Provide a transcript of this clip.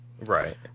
Right